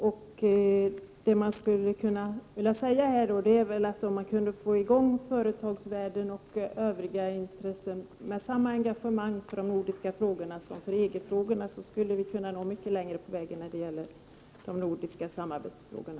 Om man kunde få i gång företagsvärlden och övriga intressen med samma engagemang för de nordiska frågorna som för EG-frågorna, skulle vi kunna nå mycket längre på vägen när det gäller de nordiska samarbetsfrågorna.